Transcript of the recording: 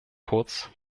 kurz